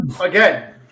again